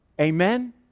Amen